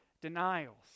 denials